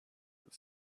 with